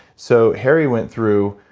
so harry went through,